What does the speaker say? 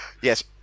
Yes